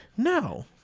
No